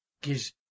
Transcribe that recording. Gives